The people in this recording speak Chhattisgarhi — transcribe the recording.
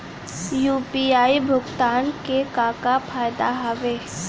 यू.पी.आई भुगतान के का का फायदा हावे?